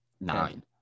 nine